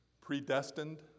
predestined